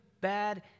bad